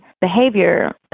behavior